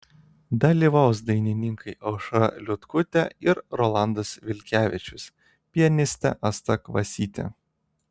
dalyvaus dainininkai aušra liutkutė ir rolandas vilkevičius pianistė asta kvasytė